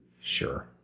Sure